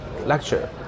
lecture